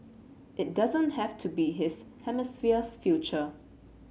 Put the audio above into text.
it doesn't have to be his hemisphere's future